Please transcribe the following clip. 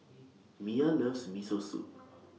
Mia loves Miso Soup